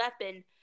weapon